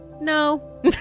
no